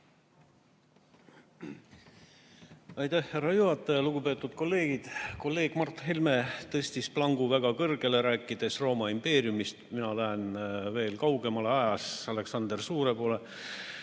Aitäh, härra juhataja! Lugupeetud kolleegid! Kolleeg Mart Helme tõstis plangu väga kõrgele, rääkides Rooma impeeriumist. Mina lähen ajas veel kaugemale, Aleksander Suure juurde.